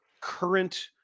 current